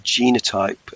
genotype